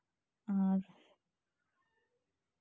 ᱟᱨ